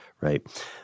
right